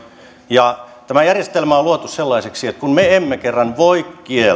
tämä järjestelmä on luotu sellaiseksi että kun me emme kerran voi kieltää